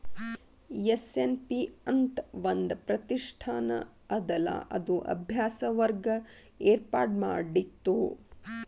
SNP ಅಂತ್ ಒಂದ್ ಪ್ರತಿಷ್ಠಾನ ಅದಲಾ ಅದು ಅಭ್ಯಾಸ ವರ್ಗ ಏರ್ಪಾಡ್ಮಾಡಿತ್ತು